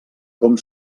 com